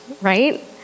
right